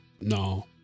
No